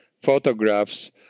photographs